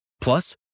Plus